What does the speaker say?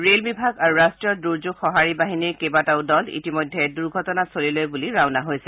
rail বিভাগ আৰু ৰট্টীয় দুৰ্যোগ সূঁহাৰী বাহিনীৰ কেইবাটাও দল ইতিমধ্যে দুৰ্ঘটনাস্থলীলৈ বুলি ৰাওণা হৈছে